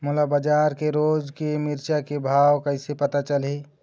मोला बजार के रोज के मिरचा के भाव कइसे पता चलही?